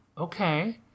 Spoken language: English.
okay